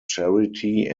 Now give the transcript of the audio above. charity